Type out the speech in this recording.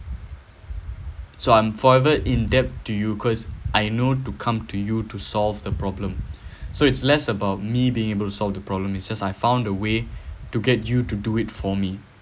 so I'm forever indebted to you cause I know to come to you to solve the problem so it's less about me being able to solve the problem is just I found a way to get you to do it for me